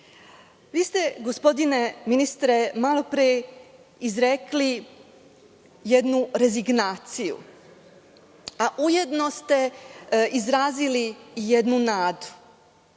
ste, gospodine ministre, malo pre izrekli jednu rezignaciju, a ujedno ste izrazili i jednu nadu.